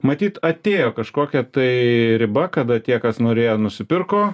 matyt atėjo kažkokia tai riba kada tie kas norėjo nusipirko